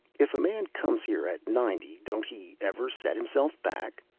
if a man comes here at ninety, don't he ever set himself back?